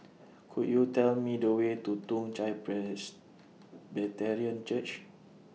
Could YOU Tell Me The Way to Toong Chai Presbyterian Church